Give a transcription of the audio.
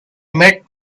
met